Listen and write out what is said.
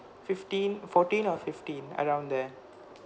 fifteen fourteen or fifteen around there